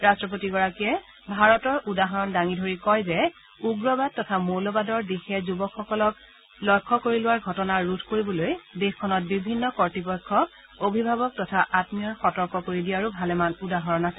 ৰাষ্ট্ৰপতিগৰাকীয়ে ভাৰতৰ উদাহৰণ দাঙি ধৰি কয় যে উগ্ৰবাদ তথা মৌলবাদৰ দিশে যুৱসকলক লক্ষ্য কৰি লোৱাৰ ঘটনা ৰোধ কৰিবলৈ দেশত বিভিন্ন কৰ্তৃপক্ষক অভিভাৱক তথা আমীয়ই সতৰ্ক কৰি দিয়াৰো ভালেমান উদাহৰণ আছে